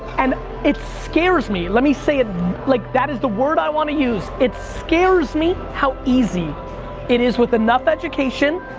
and it scares me, let me say like that is the word i want to use, it scares me how easy it is with enough education,